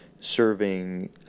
serving